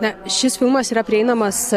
na šis filmas yra prieinamas